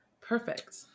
perfect